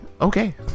Okay